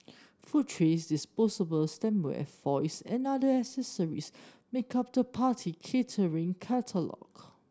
food trays disposable stemware foils and other accessories make up the party catering catalogue